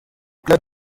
club